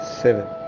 seven